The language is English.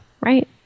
right